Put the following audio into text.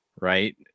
right